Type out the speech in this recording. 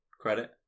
credit